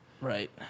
Right